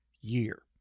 year